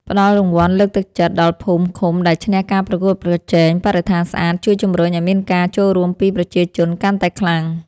ផ្ដល់រង្វាន់លើកទឹកចិត្តដល់ភូមិឃុំដែលឈ្នះការប្រកួតប្រជែងបរិស្ថានស្អាតជួយជម្រុញឱ្យមានការចូលរួមពីប្រជាជនកាន់តែខ្លាំង។